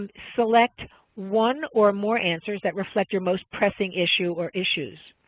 and select one or more answers that reflect your most pressing issue or issues.